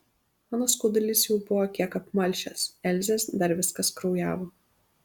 mano skaudulys jau buvo kiek apmalšęs elzės dar viskas kraujavo